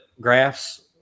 graphs